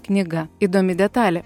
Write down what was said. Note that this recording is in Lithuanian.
knyga įdomi detalė